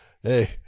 hey